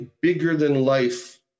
bigger-than-life